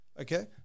Okay